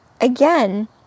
again